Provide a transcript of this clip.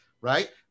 right